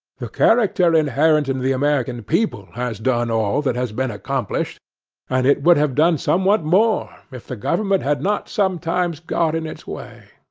the character inherent in the american people has done all that has been accomplished and it would have done somewhat more, if the government had not sometimes got in its way.